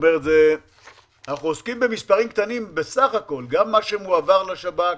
אנחנו עוסקים במספרים קטנים בסך הכול גם מה שמועבר לשב"כ,